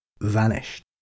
Vanished